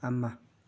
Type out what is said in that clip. ꯑꯃ